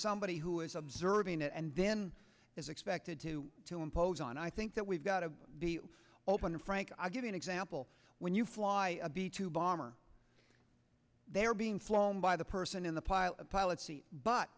somebody who is observing it and then is expected to to impose on i think that we've got to be open frank i'll give you an example when you fly a b two bomber they are being flown by the person in the pilot a pilot's seat but